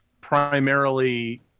primarily